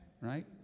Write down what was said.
Right